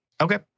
Okay